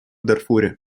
дарфуре